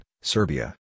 Serbia